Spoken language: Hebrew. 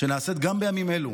שנעשית גם בימים אלה,